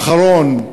האחרון,